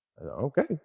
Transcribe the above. Okay